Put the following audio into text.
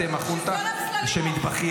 אתם החונטה שמתבכיינת.